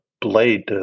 blade